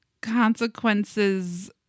consequences